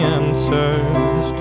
answers